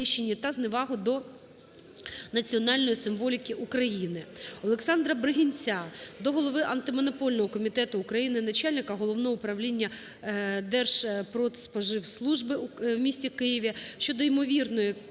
ОлександраБригинця до голови Антимонопольного комітету України, начальника Головного Управління Держпродспоживслужби в місті Києві щодо імовірної